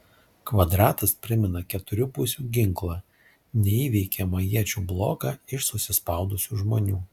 kvadratas primena keturių pusių ginklą neįveikiamą iečių bloką iš susispaudusių žmonių